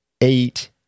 eight